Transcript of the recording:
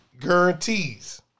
guarantees